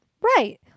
Right